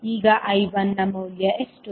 ಈಗ I1 ನ ಮೌಲ್ಯ ಎಷ್ಟು